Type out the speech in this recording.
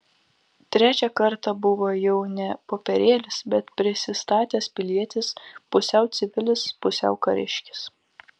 trečią kartą buvo jau ne popierėlis bet prisistatęs pilietis pusiau civilis pusiau kariškis